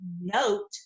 note